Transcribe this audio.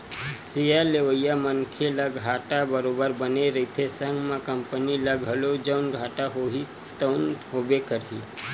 share लेवइया मनखे ल घाटा बरोबर बने रहिथे संग म कंपनी ल घलो जउन घाटा होही तउन होबे करही